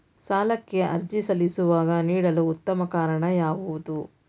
ಸಾಲಕ್ಕೆ ಅರ್ಜಿ ಸಲ್ಲಿಸುವಾಗ ನೀಡಲು ಉತ್ತಮ ಕಾರಣ ಯಾವುದು?